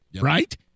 right